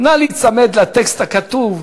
נא להיצמד לטקסט הכתוב,